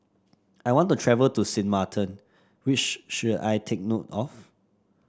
I want to travel to Sint Maarten What should I take note of